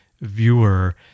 viewer